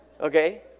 okay